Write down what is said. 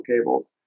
cables